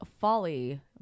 folly